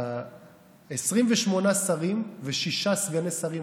28 שרים ו-6 סגני שרים,